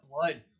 blood